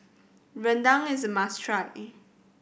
rendang is a must try